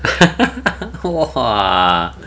!wah!